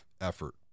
effort